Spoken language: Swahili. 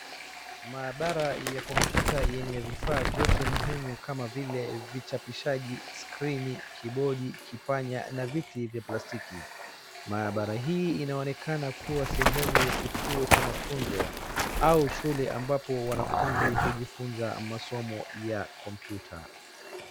Maabara ya kompyuta yeney vifaa vyote muhimu kama vile vichapishaji, skirini keyboard , kipanya na viti vya plastiki. Maabara hii inaonekana kuwa sehemu ya kituo cha mafunzo au shule ambapo wanafunzi hujifunza masomo ya kompyuta.